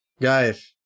Guys